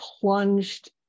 plunged